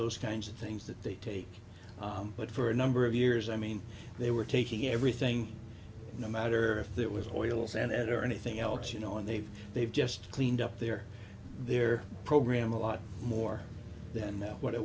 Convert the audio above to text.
those kinds of things that they take but for a number of years i mean they were taking everything no matter if it was a boil a senator or anything else you know and they've they've just cleaned up their their program a lot more than now what it